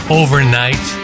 overnight